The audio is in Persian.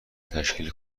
تشکیل